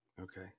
Okay